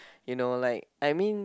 you know like I mean